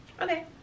Okay